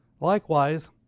likewise